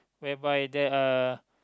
whereby there are